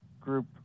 group